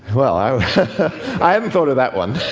well i i hadn't thought of that one.